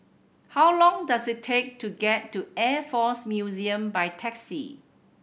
how long does it take to get to Air Force Museum by taxi